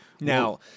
Now